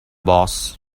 boss